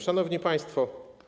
Szanowni Państwo!